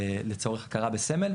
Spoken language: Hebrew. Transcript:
לצורך הכרה בסמל,